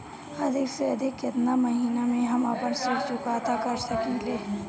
अधिक से अधिक केतना महीना में हम आपन ऋण चुकता कर सकी ले?